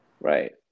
Right